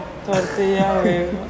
Tortilla